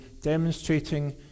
demonstrating